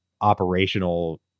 operational